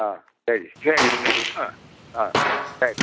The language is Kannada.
ಹಾಂ ಸರಿ ಸರಿ ಸರ್ ಹಾಂ ಹಾಂ ಆಯ್ತು